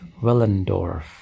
Willendorf